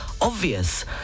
obvious